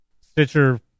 Stitcher